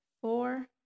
four